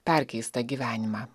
perkeistą gyvenimą